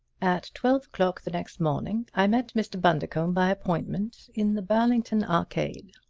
at twelve o'clock the next morning i met mr. bundercombe by appointment in the burlington arcade.